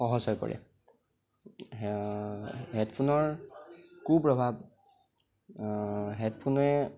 সহজ হৈ পৰে হেডফোনৰ কু প্ৰভাৱ হেডফোনে